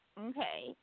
Okay